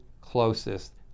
closest